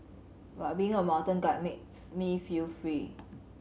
but being a mountain guide makes me feel free